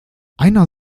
einer